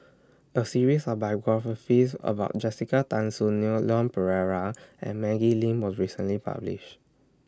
A series of biographies about Jessica Tan Soon Neo Leon Perera and Maggie Lim was recently published